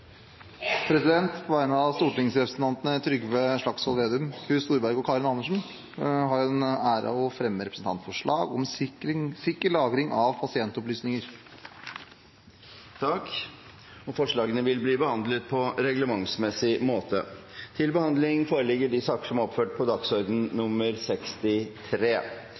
På vegne av stortingsrepresentantene Knut Storberget, Karin Andersen og meg selv har jeg den ære å fremme et representantforslag om sikker lagring av pasientopplysninger. Forslagene vil bli behandlet på reglementsmessig måte.